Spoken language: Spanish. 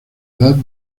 edad